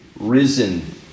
risen